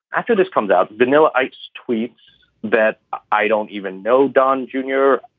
after this comes out, vanilla ice tweets that i don't even know don junior.